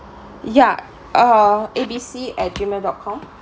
uh A B C at gmail dot com